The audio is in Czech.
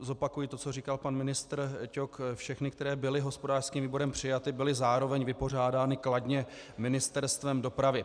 Zopakuji to, co říkal pan ministr Ťok všechny, které byly hospodářským výborem přijaty, byly zároveň vypořádány kladně Ministerstvem dopravy.